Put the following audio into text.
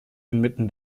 inmitten